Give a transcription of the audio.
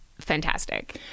fantastic